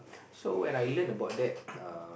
so when I learn about that err